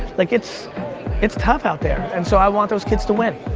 like it's it's tough out there and so i want those kids to win.